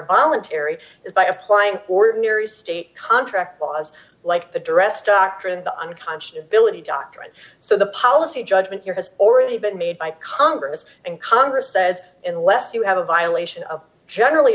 voluntary is by applying ordinary state contract laws like the dress doctrine the unconscious billeted doctrine so the policy judgment here has already been made by congress and congress says unless you have a violation of generally